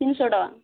ତିନିଶହ ଟଙ୍କା